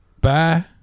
Bye